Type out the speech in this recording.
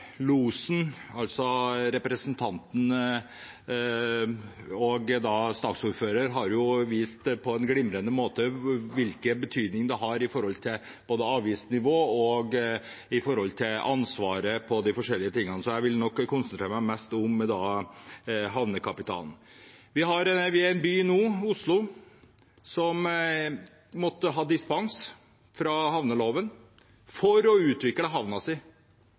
Losen, altså representanten Dagfinn Henrik Olsen, som også er saksordfører, har på en glimrende måte vist hvilken betydning både avgiftsnivå og ansvaret for de forskjellige tingene har. Så jeg vil konsentrere meg mest om havnekapitalen. Vi er nå i en by, Oslo, som måtte ha dispensasjon fra havne- og farvannsloven for å utvikle